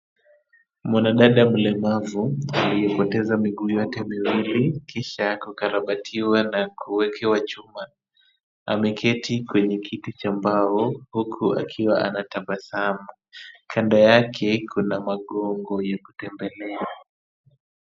Mwanadada mlemavu aliyepoteza miguu yote miwili, kisha kukarabatiwa na kuwekewa chuma. Ameketi kwenye kiti cha mbao huku akiwa anatabasamu. Kando yake kuna magongo ya kutembelea.